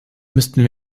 müssten